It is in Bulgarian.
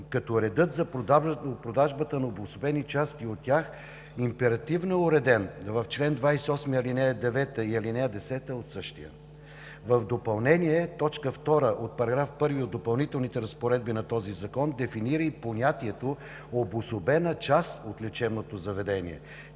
като редът за продажбата на обособени части от тях е императивно уреден – в чл. 28, алинеи 9 и 10 от същия. В допълнение – т. 2 от § 2 от Допълнителните разпоредби на този закон дефинира и понятието „обособена част от лечебното заведение“.